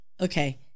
Okay